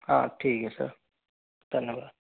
हाँ ठीक है सर धन्यवाद